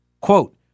quote